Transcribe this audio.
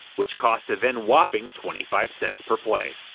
which cost a then-whopping twenty five cents per play.